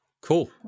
cool